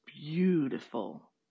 beautiful